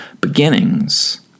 beginnings